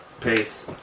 Peace